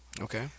Okay